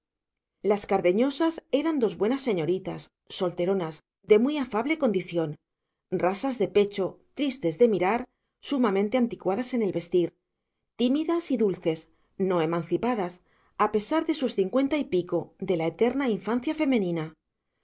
las cardeñosas eran dos buenas señoritas solteronas de muy afable condición rasas de pecho tristes de mirar sumamente anticuadas en el vestir tímidas y dulces no emancipadas a pesar de sus cincuenta y pico de la eterna infancia femenina